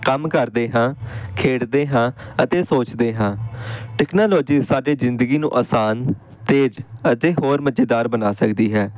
ਕੰਮ ਕਰਦੇ ਹਾਂ ਖੇਡਦੇ ਹਾਂ ਅਤੇ ਸੋਚਦੇ ਹਾਂ ਟੈਕਨਾਲੋਜੀ ਸਾਡੇ ਜ਼ਿੰਦਗੀ ਨੂੰ ਆਸਾਨ ਤੇਜ਼ ਅਤੇ ਹੋਰ ਮਜ਼ੇਦਾਰ ਬਣਾ ਸਕਦੀ ਹੈ